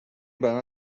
بنا